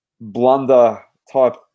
blunder-type